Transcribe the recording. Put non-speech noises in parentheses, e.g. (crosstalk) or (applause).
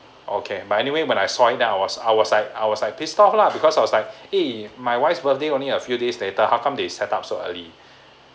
okay but anyway when I saw it then I was I was like I was like pissed off lah because I was like eh my wife's birthday only a few days later how come they set up so early (breath)